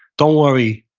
don't worry,